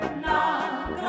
Na